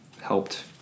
helped